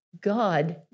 God